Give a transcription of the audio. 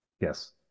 Yes